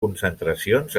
concentracions